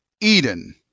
Eden